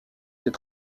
ses